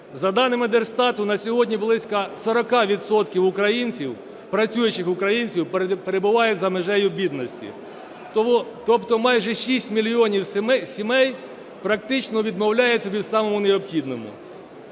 За даними Держстату на сьогодні близько 40 відсотків українців, працюючих українців, перебувають за межею бідності. Тобто майже 6 мільйонів сімей практично відмовляється від самого необхідного.